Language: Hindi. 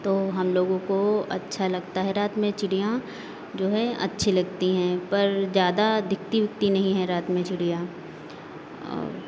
तो हम लोगों को अच्छा लगता है रात में चिड़िया अच्छी लगती हैं पर ज़्यादा दिखती विखती नहीं हैं रात में चिड़िया और